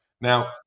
Now